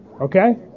Okay